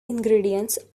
ingredients